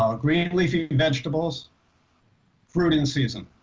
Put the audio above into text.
um green leafy vegetables fruit in season.